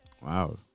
Wow